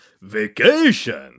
Vacation